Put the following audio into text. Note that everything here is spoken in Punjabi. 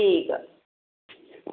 ਠੀਕ ਆ